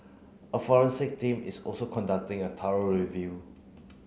a forensic team is also conducting a thorough review